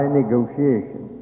negotiation